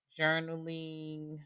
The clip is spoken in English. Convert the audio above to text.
journaling